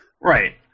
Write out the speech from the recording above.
Right